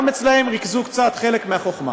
גם אצלם ריכזו קצת חלק מהחוכמה,